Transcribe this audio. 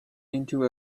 into